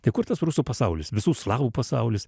tai kur tas rusų pasaulis visų slavų pasaulis